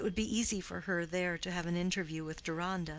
it would be easy for her there to have an interview with deronda,